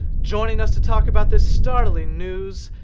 joining us to talk about this startling news,